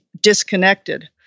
disconnected